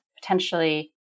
potentially